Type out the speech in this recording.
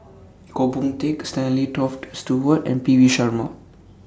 Goh Boon Teck Stanley Toft Stewart and P V Sharma